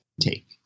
take